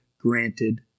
granted